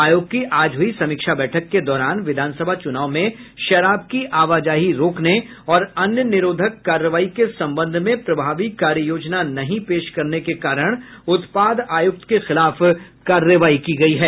आयोग की आज हुई समीक्षा बैठक के दौरान विधानसभा चुनाव में शराब की आवाजाही रोकने और अन्य निरोधक कार्रवाई के संबंध में प्रभावी कार्ययोजना नहीं पेश करने के कारण उत्पाद आयुक्त के खिलाफ कार्रवाई की गयी है